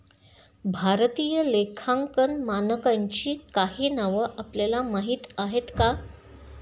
भारतीय लेखांकन मानकांची काही नावं आपल्याला माहीत आहेत का?